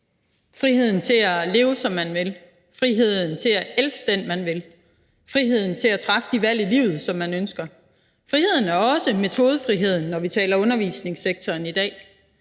friheden til at leve, som man vil, friheden til at elske den, man vil, og friheden til at træffe de valg i livet, som man ønsker. Friheden er også metodefriheden, når vi taler om undervisningssektoren i dag,